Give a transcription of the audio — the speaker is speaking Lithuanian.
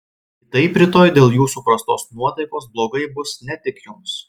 kitaip rytoj dėl jūsų prastos nuotaikos blogai bus ne tik jums